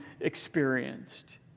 experienced